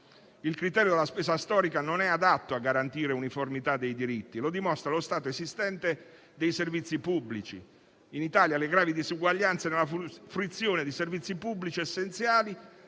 Il criterio della spesa storica non è adatto a garantire uniformità dei diritti, come dimostra lo stato esistente dei servizi pubblici. In Italia le gravi disuguaglianze nella fruizione di servizi pubblici essenziali